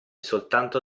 soltanto